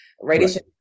Radiation